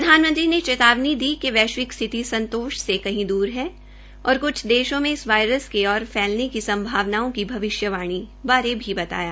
प्रधानमंत्री ने चेतावनी दी कि वैश्विक स्थिति संतोष से कही दूर है और क्छ देशों में इस वायरस के और फैलने की संभावनाओं की भविष्यवाणी बारे भी बताया